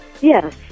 Yes